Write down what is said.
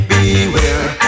Beware